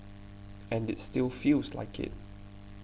and it still feels like it